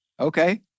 Okay